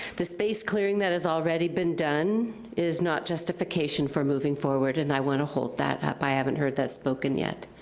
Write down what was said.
the space clearing that has already been done is not justification for moving forward. and i wanna hold that up, i haven't heard that spoken yet.